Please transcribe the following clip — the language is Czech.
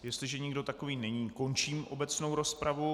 Jestliže nikdo takový není, končím obecnou rozpravu.